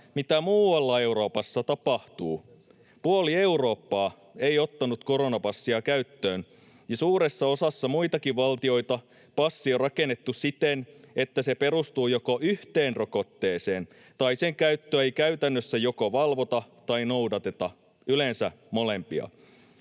mitä muualla Euroopassa tapahtuu? Puoli Eurooppaa ei ottanut koronapassia käyttöön, ja suuressa osassa muitakin valtioita passi on rakennettu siten, että se perustuu joko yhteen rokotteeseen tai sen käyttöä ei käytännössä joko valvota tai noudateta, yleensä molempia.